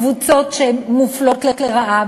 קבוצות שמופלות לרעה,